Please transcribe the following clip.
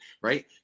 right